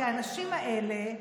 כי האנשים האלה,